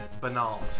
banal